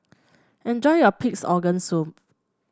enjoy your Pig's Organ Soup